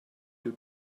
your